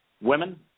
women